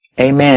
Amen